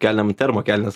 kelnėm termo kelnes